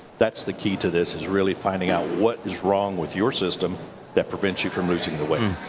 that's the key to this is really finding out what is wrong with your system that prevents you from losing the weight.